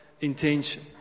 intention